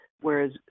whereas